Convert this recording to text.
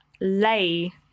lay